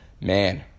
Man